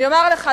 אני אומר לך,